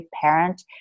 parent